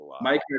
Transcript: Mike